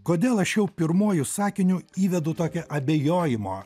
kodėl aš jau pirmuoju sakiniu įvedu tokią abejojimo